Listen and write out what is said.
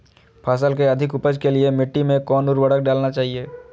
फसल के अधिक उपज के लिए मिट्टी मे कौन उर्वरक डलना चाइए?